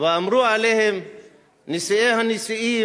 ואמרו עליהם "נשיאי הנשיאים",